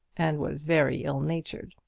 and was very ill-natured.